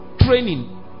training